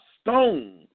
stone